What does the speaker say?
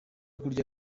kurya